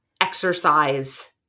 exercise